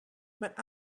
but